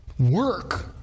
Work